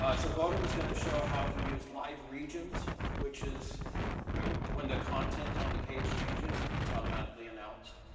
ah sarbbottam's going to show how he used live regions, which is when the content on the page changes, it's automatically announced.